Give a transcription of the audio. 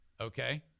Okay